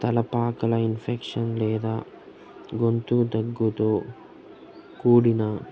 తలపక్కల infection లేదా గొంతు దగ్గుతో కూడిన